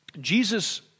Jesus